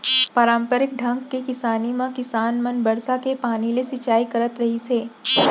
पारंपरिक ढंग के किसानी म किसान मन बरसा के पानी ले सिंचई करत रहिस हे